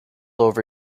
over